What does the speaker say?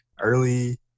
early